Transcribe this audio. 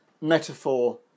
metaphor